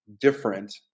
different